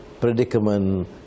predicament